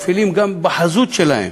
ולפעמים גם בחזות שלהם,